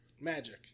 Magic